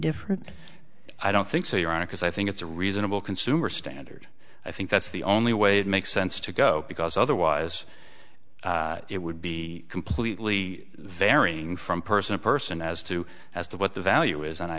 different i don't think so your honor because i think it's a reasonable consumer standard i think that's the only way it makes sense to go because otherwise it would be completely varying from person to person as to as to what the value is and i